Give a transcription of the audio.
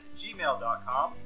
gmail.com